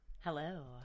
Hello